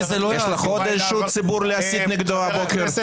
יש לך עוד ציבור להסית נגדו הבוקר?